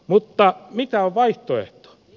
mutta mitä on vaihtoehto